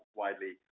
widely